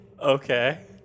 Okay